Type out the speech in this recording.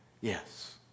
Yes